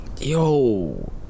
Yo